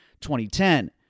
2010